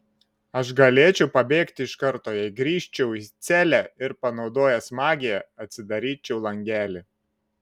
aš galėčiau pabėgti iš karto jei grįžčiau į celę ir panaudojęs magiją atsidaryčiau langelį